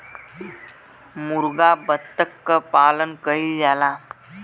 मुरगा बत्तख क पालन कइल जाला